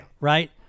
Right